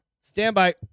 Standby